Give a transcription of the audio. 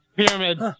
pyramid